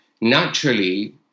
naturally